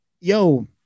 Yo